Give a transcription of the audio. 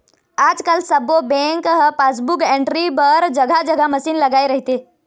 आजकाल सब्बो बेंक ह पासबुक एंटरी बर जघा जघा मसीन लगाए रहिथे